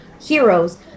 heroes